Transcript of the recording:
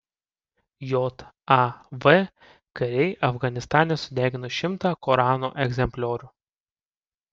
jav kariai afganistane sudegino šimtą korano egzempliorių